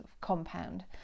compound